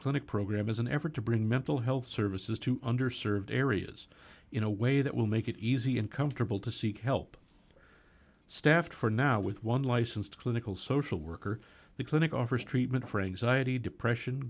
clinic program as an effort to bring mental health services to under served areas in a way that will make it easy and comfortable to seek help staffed for now with one licensed clinical social worker the clinic offers treatment for anxiety depression